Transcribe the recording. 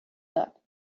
داد